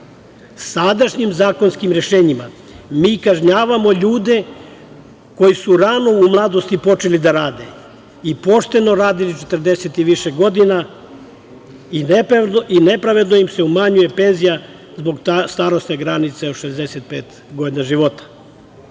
starosti. Sadašnjim zakonskim rešenjima mi kažnjavamo ljude koji su u rano u mladosti počeli da rade i pošteno radili 40 i više godina i nepravedno im se umanjuje penzija zbog starosne granice od 65 godina života. Molim